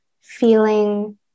feeling